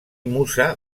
musa